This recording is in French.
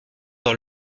dans